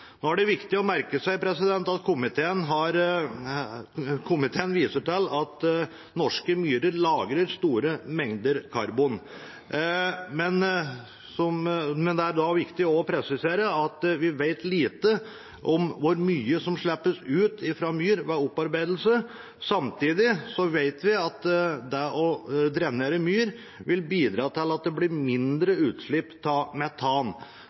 Det er viktig å merke seg at komiteen viser til at norske myrer lagrer store mengder karbon, men det er også viktig å presisere at vi vet lite om hvor mye som slippes ut fra myr ved opparbeidelse. Samtidig vet vi at det å drenere myr vil bidra til at det blir mindre utslipp av metan.